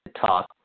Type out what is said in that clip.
Talk